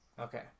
Okay